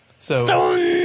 Stone